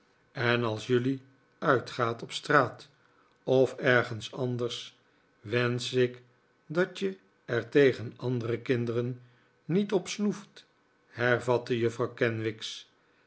en als jullie uitgaat op straat of ergens anders wensch ik dat je er tegen andere kinderen niet op snoeft hervatte juffrouw kenwigs